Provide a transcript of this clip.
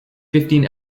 fifteen